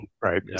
right